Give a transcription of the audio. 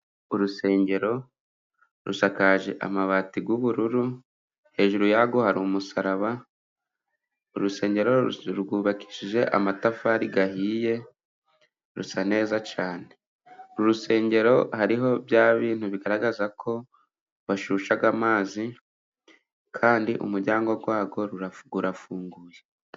Urusengero rusakaje amabati y'ubururu, hejuru yarwo hari umusaraba, urusengero rwubakishije amatafari ahiye, rusa neza cyane, uru rusengero hariho bya bintu bigaragaza ko bashyushya amazi kandi umuryango warwo urafunguye.